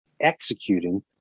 executing